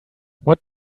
what